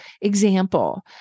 example